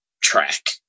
track